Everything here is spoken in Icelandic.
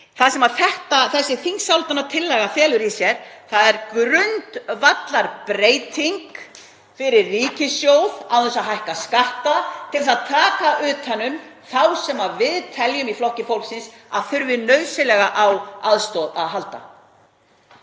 Það sem þessi þingsályktunartillaga felur í sér er grundvallarbreyting fyrir ríkissjóð án þess að hækka skatta til að taka utan um þá sem við í Flokki fólksins teljum að þurfi nauðsynlega á aðstoð að halda.